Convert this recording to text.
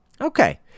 Okay